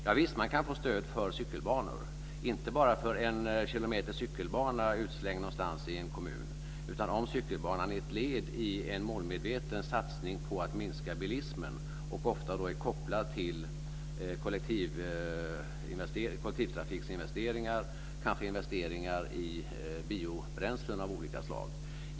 Ja visst kan man få stöd för cykelbanor, inte för en kilometers cykelbana bara utslängd någonstans i en kommun, utan om cykelbanan är ett led i en målmedveten satsning på att minska bilismen, ofta kopplad till kollektivtrafiksinvesteringar, kanske investeringar i biobränslen av olika slag.